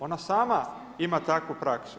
Ona sama ima takvu praksu.